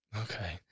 Okay